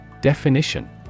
Definition